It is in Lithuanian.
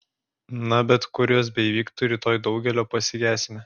na bet kur jos beįvyktų rytoj daugelio pasigesime